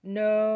no